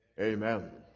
amen